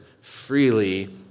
freely